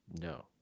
No